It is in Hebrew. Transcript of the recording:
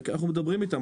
אנחנו מדברים איתם.